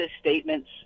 statements